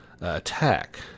attack